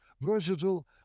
versatile